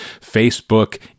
Facebook